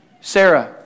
Sarah